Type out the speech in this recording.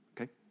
okay